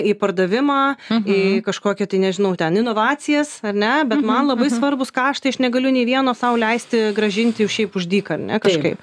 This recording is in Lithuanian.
į pardavimą į kažkokį tai nežinau ten inovacijas ar ne bet man labai svarbūs kaštai aš negaliu nei vieno sau leisti grąžinti šiaip už dyką ar ne kažkaip